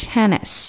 Tennis